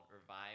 Revive